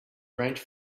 arrange